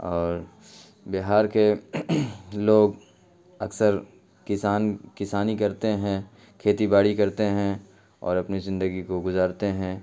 اور بہار کے لوگ اکثر کسان کسانی کرتے ہیں کھیتی باڑی کرتے ہیں اور اپنی زندگی کو گزارتے ہیں